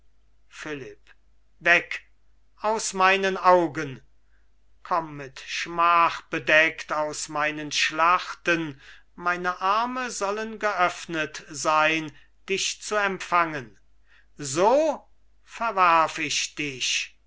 philipp weg aus meinen augen komm mit schmach bedeckt aus meinen schlachten meine arme sollen geöffnet sein dich zu empfangen so verwerf ich dich